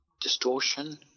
distortion